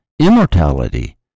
immortality